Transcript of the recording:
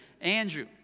Andrew